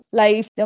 life